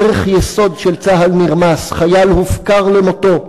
ערך יסוד של צה"ל נרמס: חייל הופקר למותו.